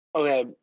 okay